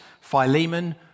Philemon